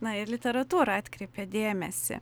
na ir literatūra atkreipė dėmesį